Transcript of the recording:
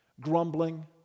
Grumbling